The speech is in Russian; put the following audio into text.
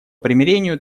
примирению